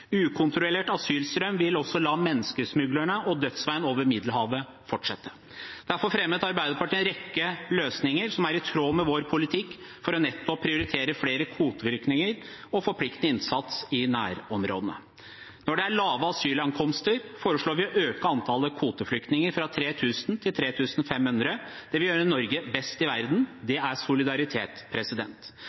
Ukontrollert asylstrøm vil også la menneskesmuglerne og dødsveien over Middelhavet fortsette. Derfor fremmet Arbeiderpartiet en rekke løsninger som er i tråd med vår politikk for nettopp å prioritere flere kvoteflyktninger og forpliktende innsats i nærområdene. Når det er lave tall for asylankomster, foreslår vi å øke antallet kvoteflyktninger fra 3 000 til 3 500. Det vil gjøre Norge best i verden – det er solidaritet.